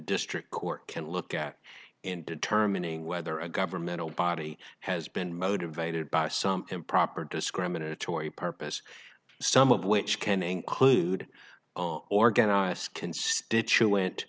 district court can look at in determining whether a governmental body has been motivated by some improper discriminatory purpose some of which can include organize constituent